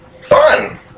Fun